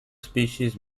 species